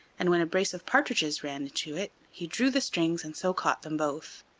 and when a brace of partridges ran into it he drew the strings and so caught them both.